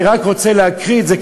אני רק רוצה להקריא את זה,